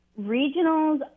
regionals